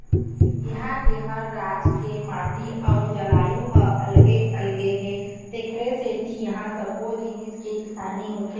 इहां के हर राज के माटी अउ जलवायु ह अलगे अलगे हे तेखरे सेती इहां सब्बो जिनिस के किसानी होथे